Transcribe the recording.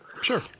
Sure